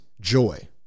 joy